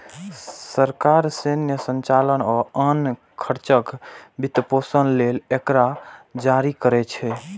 सरकार सैन्य संचालन आ आन खर्चक वित्तपोषण लेल एकरा जारी करै छै